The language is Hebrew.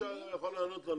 איך זה שהם ירדו?